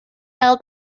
held